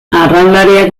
arraunlariak